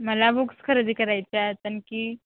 मला बुक्स खरेदी करायच्या आहेत आणखी